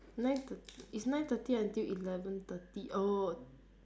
nine thirty it's nine thirty until eleven thirty oh